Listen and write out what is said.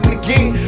again